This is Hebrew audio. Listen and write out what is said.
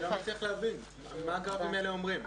אני לא מצליח להבין, מה הגרפים האלה אומרים?